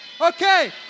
Okay